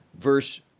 verse